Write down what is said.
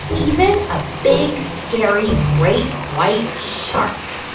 even a big, scary great white shark